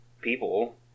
people